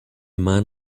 man